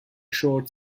short